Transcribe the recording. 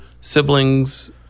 siblings